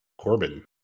Corbin